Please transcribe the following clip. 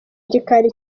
gikari